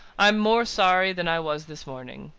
i'm more sorry than i was this morning.